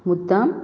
मुद्दम